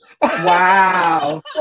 Wow